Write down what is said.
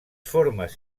formes